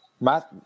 Matt